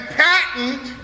patent